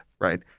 right